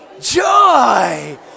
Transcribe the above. joy